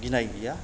गिनाय गैया